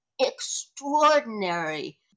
extraordinary